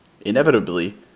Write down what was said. Inevitably